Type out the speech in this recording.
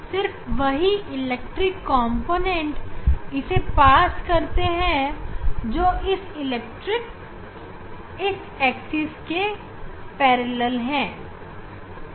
सिर्फ वही electric component इससे पास करते हैं जो इस एक्सिस के समांतर है